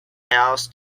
else